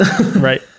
right